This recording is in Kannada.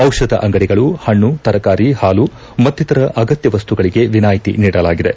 ಔಷಧ ಅಂಗಡಿಗಳು ಹಣ್ಣು ತರಕಾರಿ ಹಾಲು ಮತ್ತಿತರ ಅಗತ್ಯ ವಸ್ತುಗಳಿಗೆ ವಿನಾಯಿತಿ ನೀಡಲಾಗಿದೆ